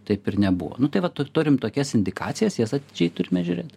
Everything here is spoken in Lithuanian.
taip ir nebuvo nu tai va turim tokias indikacijas jas atidžiai turime žiūrėt